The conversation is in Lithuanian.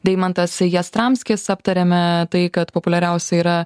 deimantas jastramskis aptariame tai kad populiariausia yra